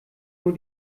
nur